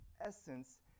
essence